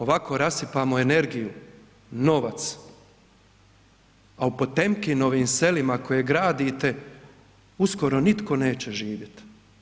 Ovako rasipamo energiju, novac, a u Potemkinovim selima koja gradite uskoro nitko neće živjet.